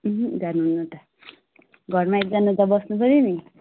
अहँ जानुहुन्न त घरमा एकजना त बस्नुपर्यो नि